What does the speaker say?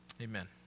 Amen